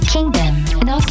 Kingdom